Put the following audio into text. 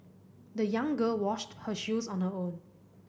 the young girl washed her shoes on her own